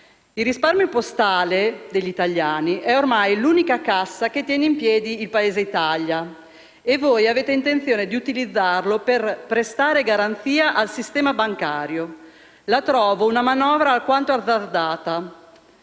Il risparmio postale degli italiani è ormai l'unica cassa che tiene in piedi il Paese Italia e voi avete intenzione di utilizzarlo per prestare garanzia al sistema bancario. Quella che avete intenzione